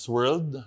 World